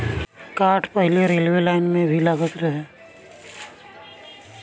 काठ पहिले railway line में भी लागत रहे